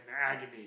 agony